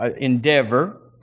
endeavor